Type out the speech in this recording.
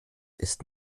ist